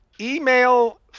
email